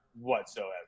whatsoever